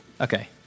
okay